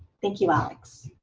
thank you, alex.